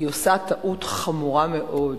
היא עושה טעות חמורה מאוד.